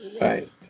right